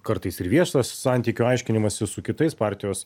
kartais ir viešas santykių aiškinimasis su kitais partijos